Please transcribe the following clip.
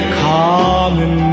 common